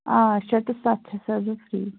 آ شَیٚے ٹُو سَتھ چھَس حظ بہٕ فرٛی